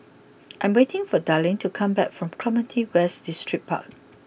I'm waiting for Darlene to come back from Clementi West Distripark